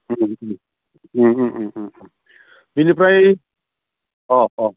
बेनिफ्राय अ अ